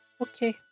Okay